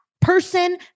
person